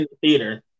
theater